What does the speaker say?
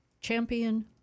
Champion